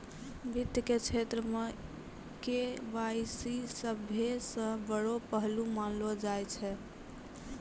वित्त के क्षेत्र मे के.वाई.सी सभ्भे से बड़ो पहलू मानलो जाय छै